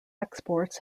exports